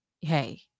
Hey